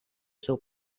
seu